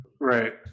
Right